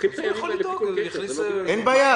צריכים את --- אין בעיה.